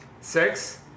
Six